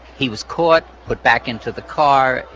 he was caught, put back into the car,